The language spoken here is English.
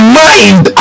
mind